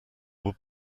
would